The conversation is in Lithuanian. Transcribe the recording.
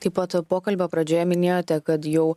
taip pat pokalbio pradžioje minėjote kad jau